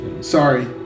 Sorry